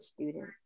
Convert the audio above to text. students